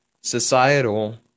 societal